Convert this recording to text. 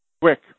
quick